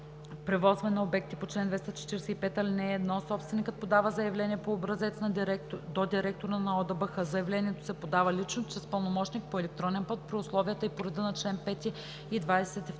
превозване на обектите по чл. 245, ал. 1 собственикът подава заявление по образец до директора на ОДБХ. Заявлението се подава лично, чрез пълномощник, по електронен път при условията и по реда на чл. 5 и 22